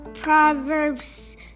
Proverbs